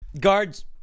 Guards